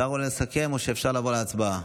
השר עולה לסכם או שאפשר לעבור להצבעה?